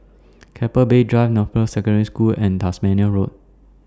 Keppel Bay Drive Northbrooks Secondary School and Tasmania Road